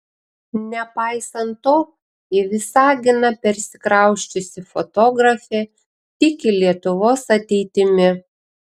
nepaisant to į visaginą persikrausčiusi fotografė tiki lietuvos ateitimi